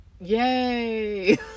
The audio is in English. yay